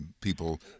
people